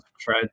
tried